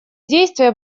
действия